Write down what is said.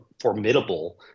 formidable